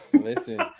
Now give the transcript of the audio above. Listen